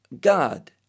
god